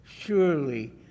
Surely